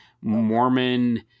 Mormon